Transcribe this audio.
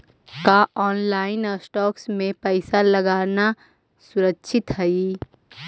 का online stocks में पैसा लगाना सुरक्षित हई